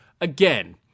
again